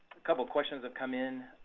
a couple questions have come in.